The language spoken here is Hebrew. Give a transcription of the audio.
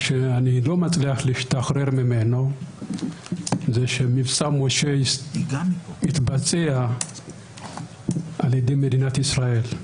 מה שאני לא מצליח להשתחרר ממנו שמבצע משה התבצע על ידי מדינת ישראל,